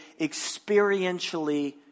experientially